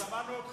שמענו אותך,